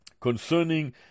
concerning